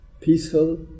Peaceful